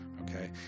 Okay